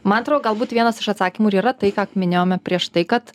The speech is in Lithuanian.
man atro galbūt vienas iš atsakymų yra tai ką minėjome prieš tai kad